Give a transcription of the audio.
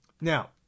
Now